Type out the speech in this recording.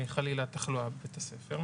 חלילה תחלואה בבית הספר,